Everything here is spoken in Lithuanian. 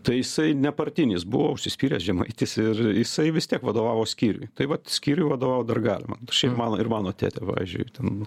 tai jisai nepartinis buvo užsispyręs žemaitis ir jisai vis tiek vadovavo skyriui tai vat skyriui vadovaut dar galima šiaip mano ir mano tėtė pavyzdžiui ten